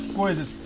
coisas